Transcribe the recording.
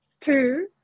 Two